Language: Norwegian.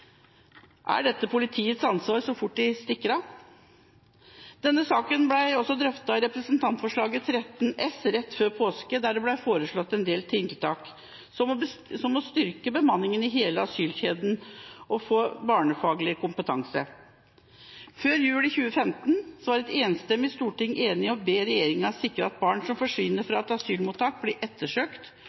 Er det politiets ansvar så fort de stikker av? Denne saken ble også drøftet i innstillinga til representantforslaget Dokument 8:13 S for 2015–2016 rett før påske, der det ble foreslått en del tiltak, som å styrke bemanningen i hele asylkjeden og få barnefaglig kompetanse. Før jul i 2015 var et enstemmig storting enig om å be «regjeringen sikre at barn som forsvinner fra asylmottak blir ettersøkt